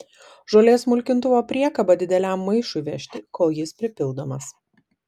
žolės smulkintuvo priekaba dideliam maišui vežti kol jis pripildomas